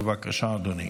בבקשה, אדוני.